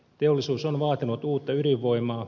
teollisuus on vaatinut uutta ydinvoimaa